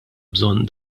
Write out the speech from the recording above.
bżonn